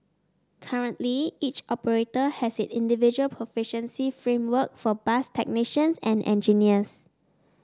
currently each operator has its individual proficiency framework for bus technicians and engineers